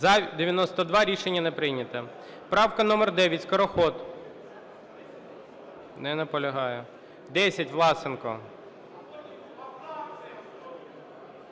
За-92 Рішення не прийнято. Правка номер 9, Скороход. Не наполягає. 10 - Власенко.